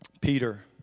Peter